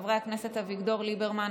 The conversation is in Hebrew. חברי הכנסת אביגדור ליברמן,